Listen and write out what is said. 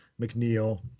McNeil